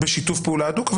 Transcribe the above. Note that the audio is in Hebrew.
בשיתוף פעולה הדוק,